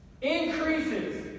increases